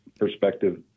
perspective